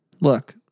Look